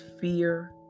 fear